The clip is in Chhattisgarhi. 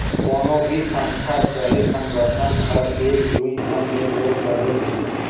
कोनो भी संस्था चहे संगठन हर एक दुई झन ले दो चले नई